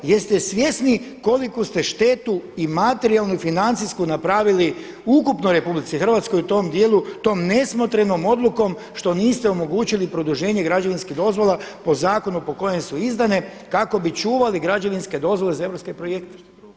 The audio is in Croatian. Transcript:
Jeste svjesni koliku ste štetu i materijalnu i financijsku napravili ukupno u RH u tom dijelu, tom nesmotrenom odlukom što niste omogućili produženje građevinskih dozvola po zakonu po kojem su izdane kako bi čuvali građevinske dozvole za europske projekte.